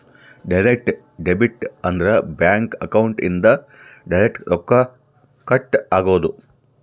direct debit ಅಂದ್ರ bank account ಇಂದ direct ರೊಕ್ಕ ಕಟ್ ಆಗೋದು